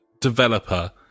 developer